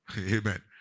Amen